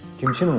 kimchi.